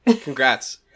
congrats